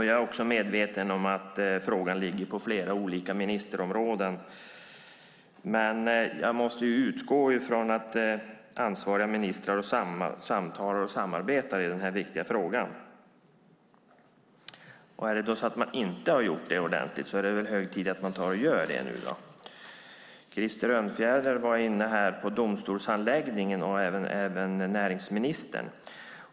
Jag är medveten om att frågan ligger på flera olika ministerområden, men jag måste utgå från att ansvariga ministrar samtalar och samarbetar i den här viktiga frågan. Om man inte har gjort det ordentligt är det väl hög tid att man gör det nu. Krister Örnfjäder var inne på domstolshandläggningen, och även näringsministern.